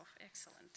excellent